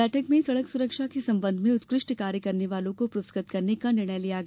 बैठक में सड़क सुरक्षा के संबंध में उत्कृष्ट कार्य करने वालों को पुरस्कृत करने का निर्णय लिया गया